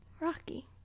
Rocky